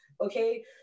okay